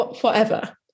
Forever